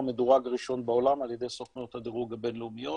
מדורג הראשון בעולם על ידי סוכנויות הדירוג הבינלאומיות,